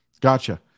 Gotcha